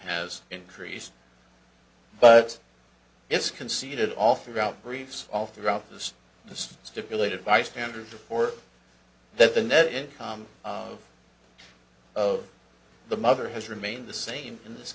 has increased but it's conceded all throughout briefs all throughout this the state stipulated by standers before that the net income of the mother has remained the same in this